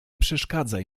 przeszkadzaj